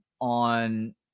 on